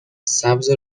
سبز